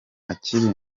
akiri